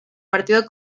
partido